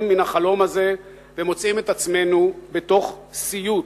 מהחלום הזה ומוצאים את עצמנו בתוך סיוט.